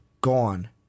gone